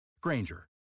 Granger